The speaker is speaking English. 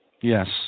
Yes